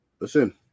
Listen